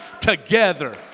together